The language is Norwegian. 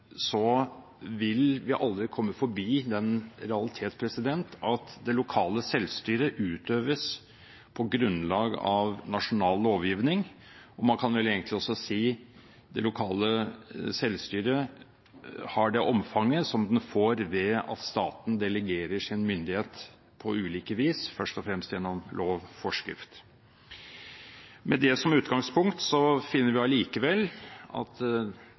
så vil vi aldri komme forbi den realitet at det lokale selvstyret utøves på grunnlag av nasjonal lovgivning. Man kan vel egentlig også si at det lokale selvstyret har det omfanget som det får ved at staten delegerer sin myndighet på ulike vis, først og fremst gjennom lov og forskrift. Med det som utgangspunkt finner vi allikevel at